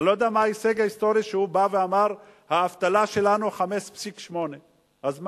אני לא יודע מה ההישג ההיסטורי שהוא בא ואמר: האבטלה שלנו 5.8%. אז מה?